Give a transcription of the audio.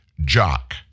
jock